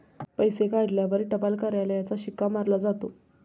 पैसे काढल्यावर टपाल कार्यालयाचा शिक्का मारला जातो